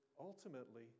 ultimately